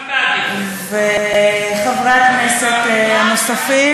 וחברי כנסת נוספים,